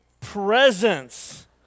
presence